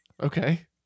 Okay